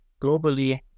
globally